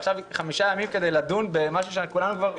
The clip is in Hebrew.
עכשיו חמישה ימים כדי לדון במשהו שכולנו כבר מכירים?